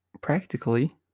practically